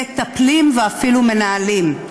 מטפלים ואפילו מנהלים.